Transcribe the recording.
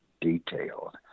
detailed